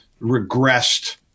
regressed